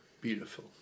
Beautiful